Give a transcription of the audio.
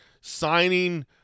signing